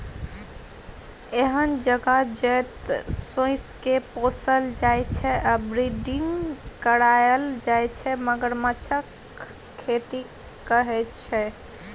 एहन जगह जतय सोंइसकेँ पोसल जाइ छै आ ब्रीडिंग कराएल जाइ छै मगरमच्छक खेती कहय छै